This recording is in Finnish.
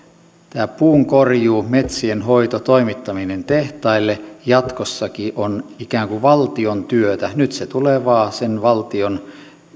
tämä puunkorjuu metsien hoito toimittaminen tehtaille jatkossakin on ikään kuin valtion työtä nyt se tulee vain sen valtion